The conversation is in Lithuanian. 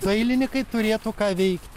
dailininkai turėtų ką veikti